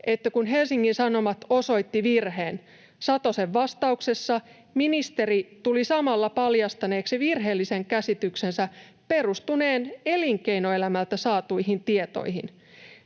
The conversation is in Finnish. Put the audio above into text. että kun Helsingin Sanomat osoitti virheen Satosen vastauksessa, ministeri tuli samalla paljastaneeksi virheellisen käsityksensä perustuneen elinkeinoelämältä saatuihin tietoihin.